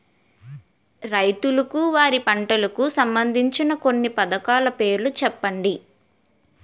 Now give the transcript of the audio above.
రైతులకు వారి పంటలకు సంబందించిన కొన్ని పథకాల పేర్లు చెప్పండి?